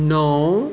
नओ